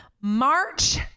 March